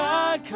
God